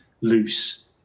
loose